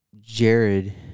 Jared